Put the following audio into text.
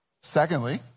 Secondly